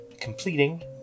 completing